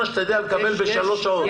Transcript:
שאתה יודע לקבל תשובה אחרי שלוש שעות.